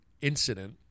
incident